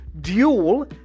duel